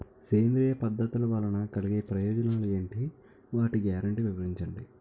సేంద్రీయ పద్ధతుల వలన కలిగే ప్రయోజనాలు ఎంటి? వాటి గ్యారంటీ వివరించండి?